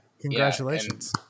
Congratulations